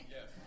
Yes